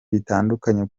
bitandukanye